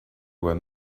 were